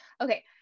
Okay